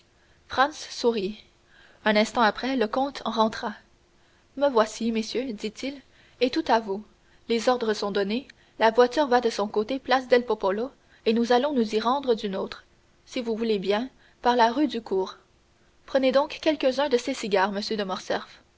franz sourit un instant après le comte rentra me voici messieurs dit-il et tout à vous les ordres sont donnés la voiture va de son côté place del popolo et nous allons nous y rendre du nôtre si vous voulez bien par la rue du cours prenez donc quelques-uns de ces cigares monsieur de